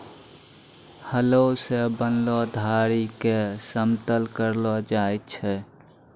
हलो सें बनलो धारी क समतल करलो जाय छै?